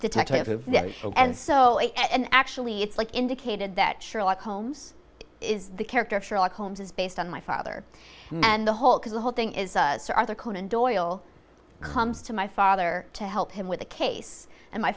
detective and so on actually it's like indicated that sherlock holmes is the character of sherlock holmes is based on my father and the whole because the whole thing is sir arthur conan doyle comes to my father to help him with a case and my